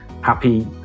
happy